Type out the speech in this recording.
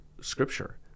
Scripture